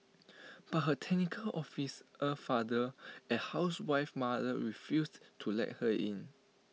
but her technical officer father and housewife mother refused to let her in